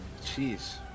Jeez